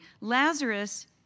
Lazarus